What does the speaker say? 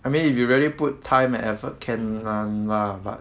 I mean if you really put time and effort can [one] lah but